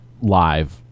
live